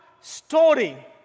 story